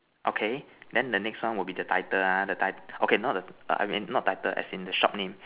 okay then the next one will be the title ah the title okay the I mean not title as in the shop name